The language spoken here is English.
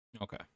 Okay